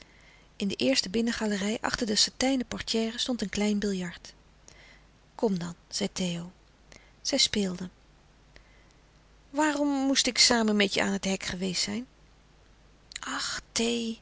in de eerste binnengalerij achter de satijnen portière stond een klein biljart kom dan zei theo zij speelden waarom moest ik samen met je aan het hek geweest zijn ach